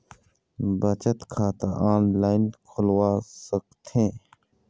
बचत खाता ऑनलाइन खोलवा सकथें?